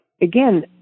again